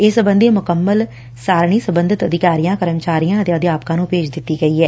ਇਸ ਸਬੰਧੀ ਮੁਕੰਮਲ ਸਾਰਣੀ ਸਬੰਧਤ ਅਧਿਕਾਰੀਆਂ ਕਰਮਚਾਰੀਆਂ ਅਤੇ ਅਧਿਆਪਕਾਂ ਨੂੰ ਭੇਜ ਦਿੱਤੀ ਗਈ ਐ